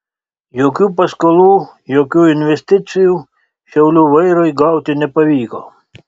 jokių paskolų jokių investicijų šiaulių vairui gauti nepavyko